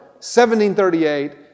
1738